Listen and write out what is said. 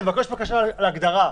לבקש בקשה להגדרה.